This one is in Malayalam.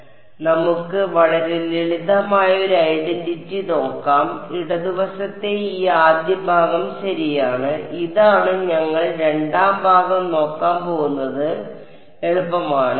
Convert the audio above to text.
അതിനാൽ നമുക്ക് വളരെ ലളിതമായ ഒരു ഐഡന്റിറ്റി നോക്കാം ഇടതുവശത്തെ ഈ ആദ്യഭാഗം ശരിയാണ് ഇതാണ് ഞങ്ങൾ രണ്ടാം ഭാഗം നോക്കാൻ പോകുന്നത് എളുപ്പമാണ്